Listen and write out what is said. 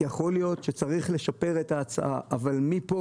יכול להיות שצריך לשפר את ההצעה אבל מפה